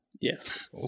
Yes